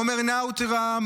עומר נאוטרה,